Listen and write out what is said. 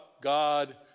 God